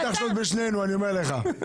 לא עשיתי ב-15:30, לא עשיתי ב-14:15.